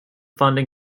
funding